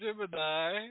Gemini